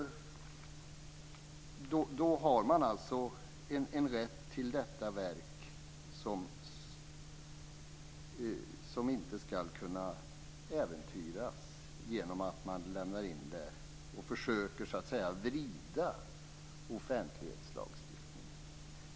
Rätten till detta verk ska inte kunna äventyras av att någon så att säga försöker vrida offentlighetslagstiftningen genom att lämna in det till en myndighet.